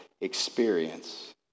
experience